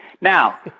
Now